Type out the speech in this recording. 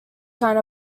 kind